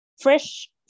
Fresh